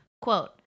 quote